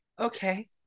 Okay